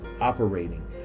operating